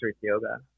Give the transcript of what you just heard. yoga